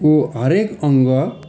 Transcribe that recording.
को हरएक अङ्ग